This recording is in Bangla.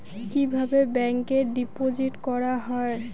কিভাবে ব্যাংকে ডিপোজিট করা হয়?